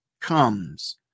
comes